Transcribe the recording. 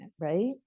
right